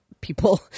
people